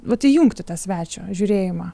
vat įjungti tą svečio žiūrėjimą